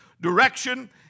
direction